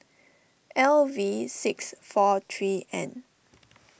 L V six four three N